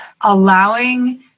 allowing